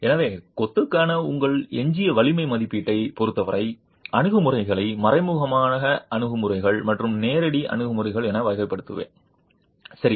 எனவே கொத்துக்கான உங்கள் எஞ்சிய வலிமை மதிப்பீட்டைப் பொறுத்தவரை அணுகுமுறைகளை மறைமுக அணுகுமுறைகள் மற்றும் நேரடி அணுகுமுறைகள் என வகைப்படுத்துவேன் சரி